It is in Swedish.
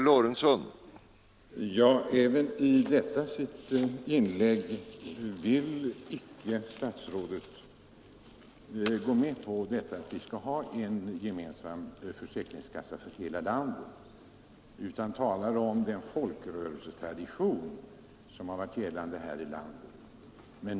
Herr talman! Inte heller i detta senare inlägg vill statsrådet gå med på att vi skall ha en gemensam försäkringskassa för hela landet utan talar om den folkrörelsetradition som försäkringskassorna bygger på.